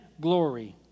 glory